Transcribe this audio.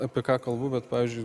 apie ką kalbu bet pavyzdžiui